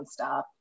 nonstop